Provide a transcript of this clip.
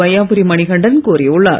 வையாபுரி மணிகண்டன் கோரியுள்ளார்